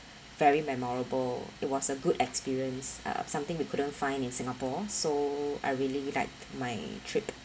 very memorable it was a good experience uh something we couldn't find in singapore so I really liked my trip